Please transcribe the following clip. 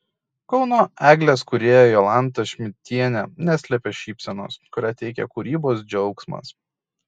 kauno eglės kūrėja jolanta šmidtienė neslėpė šypsenos kurią teikia kūrybos džiaugsmas